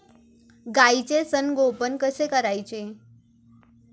गाईचे संगोपन कसे करायचे?